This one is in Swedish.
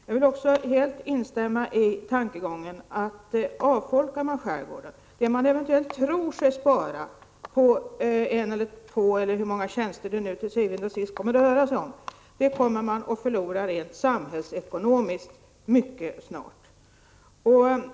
Jag vill också helt instämma i tankegången att det man eventuellt tror sig spara på en, två, eller hur många tjänster det nu til syvende og sidst kommer att röra sig om, kommer man att förlora rent samhällsekonomiskt mycket snart.